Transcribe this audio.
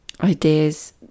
ideas